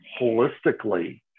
holistically